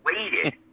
waited